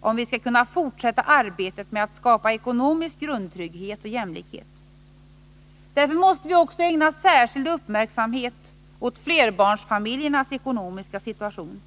om vi skall kunna fortsätta arbetet med att skapa ekonomisk grundtrygghet och jämlikhet. Därför måste vi också ägna särskild uppmärksamhet åt flerbarnsfamiljernas ekonomiska situation.